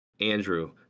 Andrew